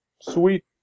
Sweet